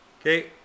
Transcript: Okay